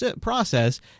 process